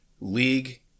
league